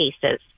cases